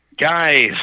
guys